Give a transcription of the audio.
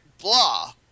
Blah